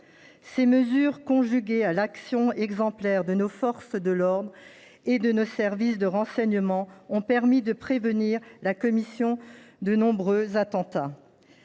concitoyens. Conjuguées à l’action exemplaire de nos forces de l’ordre et de nos services de renseignement, ces mesures ont permis de prévenir la commission de nombreux attentats.